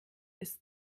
ist